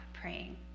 praying